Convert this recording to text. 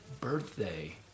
birthday